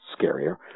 scarier